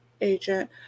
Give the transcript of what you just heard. agent